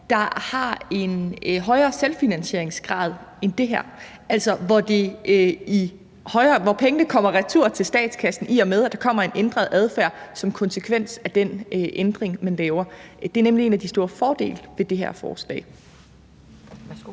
der har en højere selvfinansieringsgrad end det her, altså hvor pengene i højere grad kommer retur til statskassen, i og med at der kommer en ændret adfærd som konsekvens af den ændring, man laver. Det er nemlig en af de store fordele ved det her forslag. Kl.